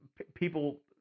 People